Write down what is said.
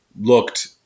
looked